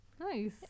Nice